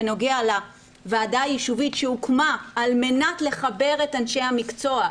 בנוגע לוועדה היישובית שהוקמה על מנת לחבר את אנשי המקצוע,